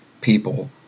people